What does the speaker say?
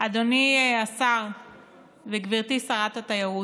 אדוני השר וגברתי שרת התיירות,